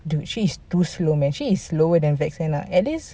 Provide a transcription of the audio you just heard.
dude she's too slow man she's slower than vexana at least